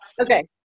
Okay